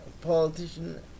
politician